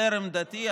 זרם דתי,